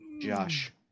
Josh